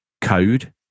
code